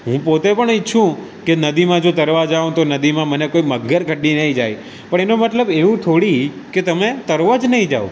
હું પોતે પણ ઇચ્છું કે નદીમાં જો તરવા જાઉં તો નદીમાં મને કોઈ મગર કરડી નહીં જાય પણ એનો મતલબ એવું થોડી કે તમે તરવા જ નહીં જાઓ